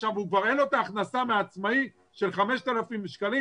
עכשיו אין לו את ההכנסה כעצמאי של ה-5,000 שקלים,